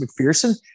McPherson